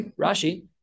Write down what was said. Rashi